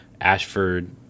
Ashford